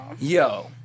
yo